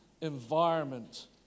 environment